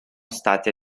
state